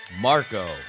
Marco